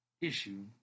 issue